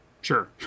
Sure